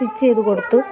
stitch ചെയ്തു കൊടുത്തു